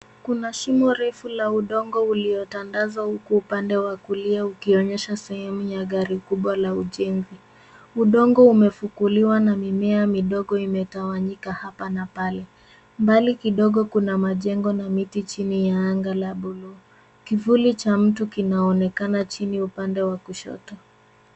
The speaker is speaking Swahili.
Kuna shimo refu la udongo uliotandazwa huko upande wa kulia ukionyesha sehemu ya gari kubwa la ujenzi. Udongo umefukuliwa na mimea midogo imetawanyika hapa na pale. Mbali kidogo kuna majengo na miti chini ya anga la buluu. Kivuli cha mtu kinaonekana chini upande wa kushoto.